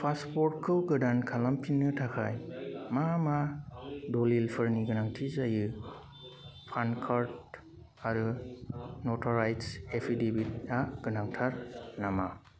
passport खौ गोदान खालामफिननो थाखाय मा मा दलिलफोरनि गोनांथि जायो पान कार्ड आरो नटाराइज्ड एफिडेविट आ गोनांथार नामा